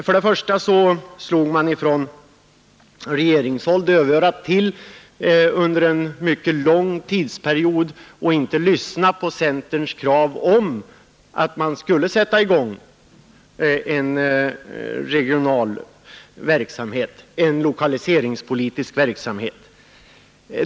Först slog man från regeringshåll under en mycket lång tidsperiod dövörat till och lyssnade inte till centerns krav på att man skulle sätta i gång en regional lokaliseringspolitisk verksamhet.